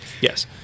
Yes